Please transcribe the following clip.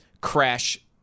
Crash